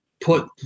put